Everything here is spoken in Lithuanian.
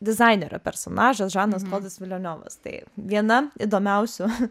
dizainerio personažas žanas klodas vilanovas tai viena įdomiausių